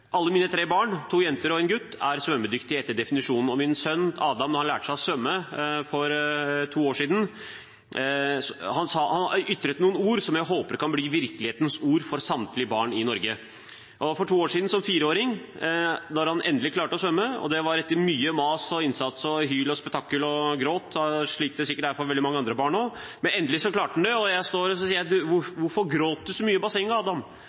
Alle mine tre barn, to jenter og en gutt, er etter definisjonen svømmedyktige, og da min sønn, Adam, lærte seg å svømme for to år siden, ytret han noen ord som jeg håper kan bli virkelighetens ord for samtlige barn i Norge. For to år siden, som fireåring, klarte han endelig å svømme etter mye mas og innsats og hyl og spetakkel og gråt, slik det sikkert også er for veldig mange andre barn. Men endelig klarte han det, og jeg sa til ham: Hvorfor gråt du så mye i bassenget, Adam, jeg var jo rett ved siden av